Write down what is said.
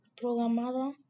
programada